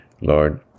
Lord